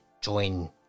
join